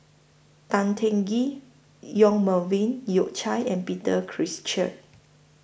Tan Teng Kee Yong Melvin Yik Chye and Peter Cheer